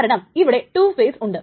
കാരണം ഇവിടെ 2 ഫേസ് ഉണ്ട്